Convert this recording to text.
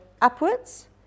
upwards